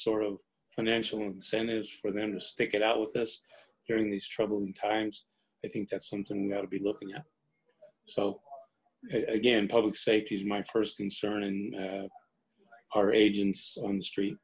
sort of financial incentives for them to stick it out with us during these troubling times i think that's something that we'll be looking at so again public safety is my first concern and our agents on the street